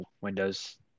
Windows